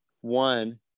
one